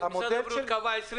הבריאות.